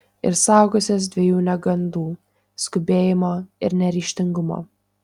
ir saugosiuos dviejų negandų skubėjimo ir neryžtingumo